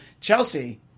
Chelsea